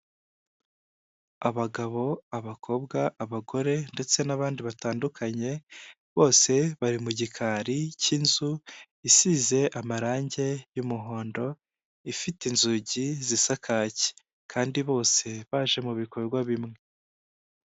Abagabo, abakobwa, abagore ndetse n'abandi batandukanye, bose bari mu gikari cy'inzu isize amarangi y'umuhondo ifite inzugi zisa kaki kandi bose baje mu bikorwa bimwe.